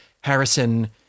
Harrison